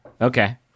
Okay